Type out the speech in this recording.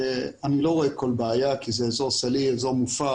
אני לא רואה כל בעיה כי זה אזור סלעי מופר.